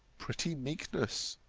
pretty meekness!